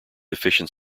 efficient